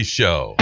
show